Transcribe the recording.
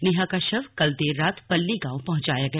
नेहा का शव कल देररात पल्ली गाँव पहुंचाया गया